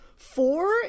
four